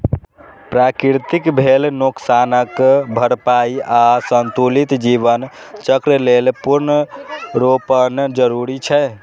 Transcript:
प्रकृतिक भेल नोकसानक भरपाइ आ संतुलित जीवन चक्र लेल पुनर्वनरोपण जरूरी छै